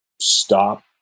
stop